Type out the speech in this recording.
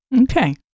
Okay